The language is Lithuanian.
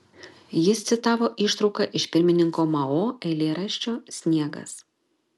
jis citavo ištrauką iš pirmininko mao eilėraščio sniegas